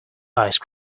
ice